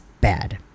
bad